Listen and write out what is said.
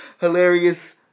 Hilarious